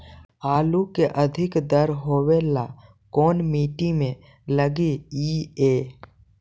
आलू के अधिक दर होवे ला कोन मट्टी में लगीईऐ?